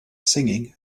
singing